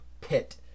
pit